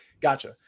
gotcha